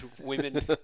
women